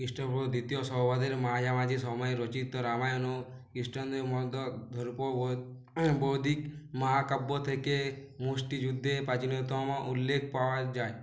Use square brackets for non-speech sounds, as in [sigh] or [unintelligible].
খিস্টপূর্ব দ্বিতীয় সহবাদের মাঝামাঝি সময়ে রচিত রামায়ণ ও খিস্টানদের [unintelligible] ধ্রুপপদ বৈদিক মহাকাব্য থেকে মুষ্টিযুদ্ধের প্রাচীনতম উল্লেক পাওয়া যায়